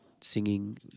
singing